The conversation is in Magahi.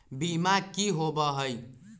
बीमा की होअ हई?